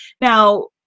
now